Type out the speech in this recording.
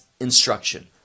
instruction